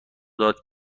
داد